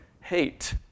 hate